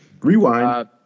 Rewind